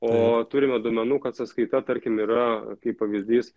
o turime duomenų kad sąskaita tarkim yra kaip pavyzdys